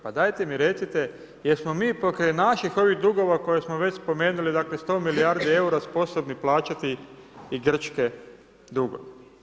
Pa dajte mi recite, jesmo mi pokraj naših dugova koje smo već spomenuli dakle, 100 milijardi eura, sposobni plaćati i grčke dugove?